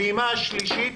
הפעימה השלישית,